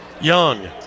Young